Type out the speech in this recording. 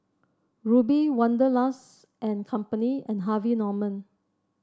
Rubi Wanderlust and Company and Harvey Norman